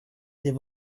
det